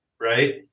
right